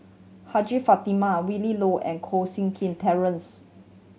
Fatimah Willin Low and Koh Seng Kin Terence